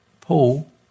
Paul